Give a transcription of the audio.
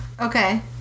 Okay